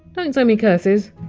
t send me curses.